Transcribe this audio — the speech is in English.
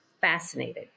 fascinated